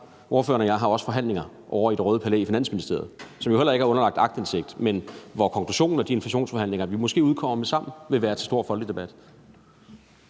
Ordføreren og jeg har også forhandlinger ovre i det røde palæ i Finansministeriet, som jo heller ikke er underlagt aktindsigt, men hvor konklusionen af de inflationsforhandlinger, som vi måske udkommer med sammen, vil være til stor folkelig debat.